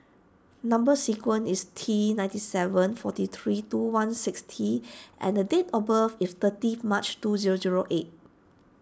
Number Sequence is T ninety seven forty three two one six T and the date of birth is thirty March two zero zero eight